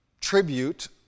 tribute